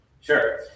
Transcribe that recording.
Sure